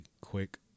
quick